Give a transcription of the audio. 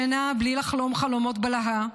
שינה בלי לחלום חלומות בלהה,